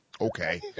Okay